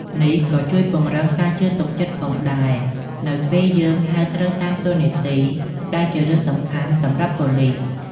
នេះក៏ជួយពង្រឹងការជឿទុកចិត្តផងដែរ នៅពេលយើងហៅត្រូវតាមតួនាទីដែលជារឿងសំខាន់សម្រាប់ប៉ូលិស។